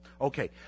okay